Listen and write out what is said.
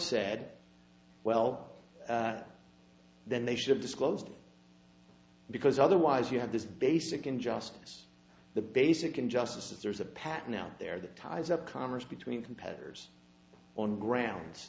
said well then they should have disclosed because otherwise you have this basic in justice the basic injustices there's a pattern out there that ties up commerce between competitors on grounds